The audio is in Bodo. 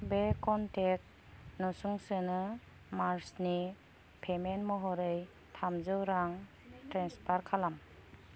बे कनटेक्ट नसुंसेनो मार्चनि पेमेन्ट महरै थामजौ रां ट्रेन्सफार खालाम